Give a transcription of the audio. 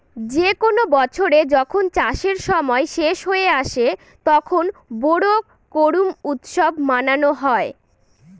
যে কোনো বছরে যখন চাষের সময় শেষ হয়ে আসে, তখন বোরো করুম উৎসব মানানো হয়